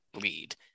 lead